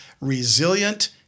resilient